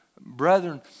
brethren